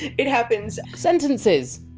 it happens. sentences!